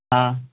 ہاں